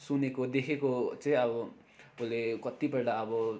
सुनेको देखेको चाहिँ अब उसले कतिपल्ट अब